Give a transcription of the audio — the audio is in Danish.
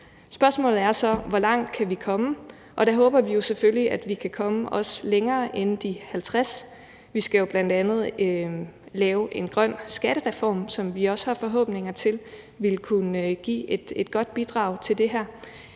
Spørgsmålet er så, hvor langt vi kan komme, og der håber vi jo selvfølgelig, at vi kan komme også længere end de 50 pct. Vi skal jo bl.a. lave en grøn skattereform, som vi også har forhåbninger til vil kunne give et godt bidrag til det her.